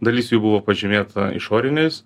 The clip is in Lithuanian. dalis jų buvo pažymėta išoriniais